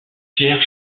pierre